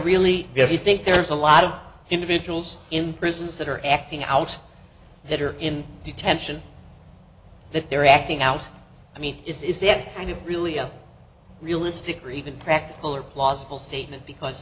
really if you think there's a lot of individuals in prisons that are acting out that are in detention that they're acting out i mean is is it kind of really a realistic or even practical or plausible statement because